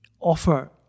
Offer